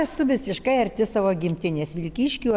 esu visiškai arti savo gimtinės vilkyškių